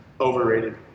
Overrated